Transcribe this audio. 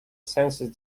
census